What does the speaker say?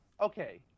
okay